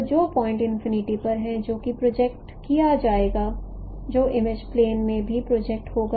तो जो point infinity पर है जो कि प्रोजेक्ट किया जाएगा जो इमेज प्लेन में भी प्रोजेक्ट होगा